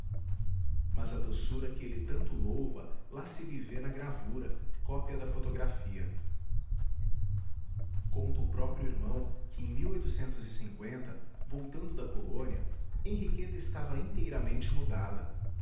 mas a doçura que ele lanto louva lá se lhe vê na gravura cópia da fotografia conta o próprio irmão que em voltando da polônia henriqueta estava inteiramente mudada